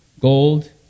Gold